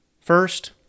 First